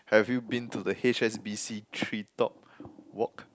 have you been to the h_s_b_c tree top walk